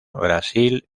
brasil